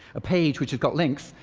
a page which has got links,